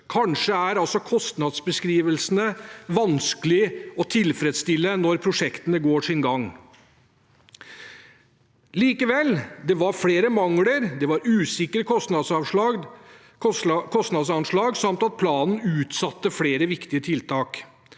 Kanskje er kostnadsbeskrivelsene vanskelig å tilfredsstille når prosjektene går sin gang. Likevel: Det var flere mangler. Det var usikre kostnadsanslag, og planen utsatte flere viktige tiltak.